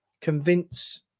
convince